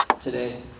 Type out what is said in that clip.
today